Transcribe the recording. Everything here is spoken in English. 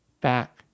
back